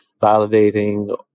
validating